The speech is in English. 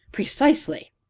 precisely!